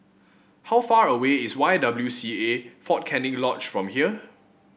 how far away is Y W C A Fort Canning Lodge from here